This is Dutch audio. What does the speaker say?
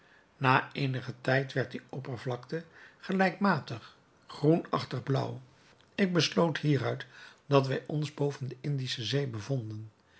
na eenigen tijd werd die oppervlakte gelijkmatig groenachtig blauw ik besloot hieruit dat wij ons boven de indische zee bevonden